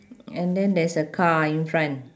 and then there's a car in front